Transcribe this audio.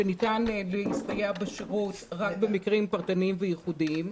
שניתן להסתייע בשירות רק במקרים פרטניים וייחודיים,